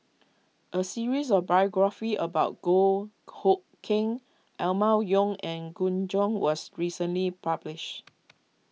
a series of biographies about Goh Hood Keng Emma Yong and Gu Juan was recently published